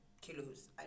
kilos